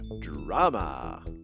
drama